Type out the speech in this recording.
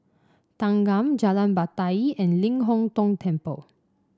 Thanggam Jalan Batai and Ling Hong Tong Temple